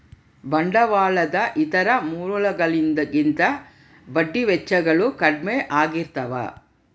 ಬಂಡವಾಳದ ಇತರ ಮೂಲಗಳಿಗಿಂತ ಬಡ್ಡಿ ವೆಚ್ಚಗಳು ಕಡ್ಮೆ ಆಗಿರ್ತವ